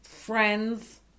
Friends